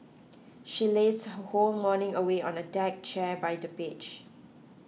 she lazed her whole morning away on a deck chair by the beach